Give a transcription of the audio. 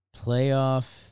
playoff